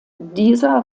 dieser